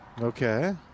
Okay